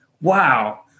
wow